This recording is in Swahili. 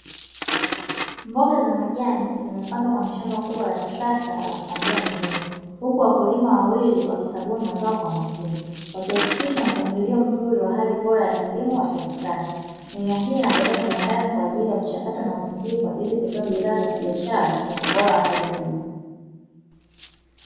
Mboga za majani zimepandwa kwenye shamba kubwa la kisasa la kupandia mimea. huku wakulima wawili wakikagua mazao kwa makini. Wakihakikisha mpangilio wa hali bora ya kilimo cha kisasa. Mimea hii inapelekwa kiwandani kwa ajili ya kuchakatwa na kusindikwa ili kutoa bidhaa za kibiashara zenye ubora wa hali ya juu.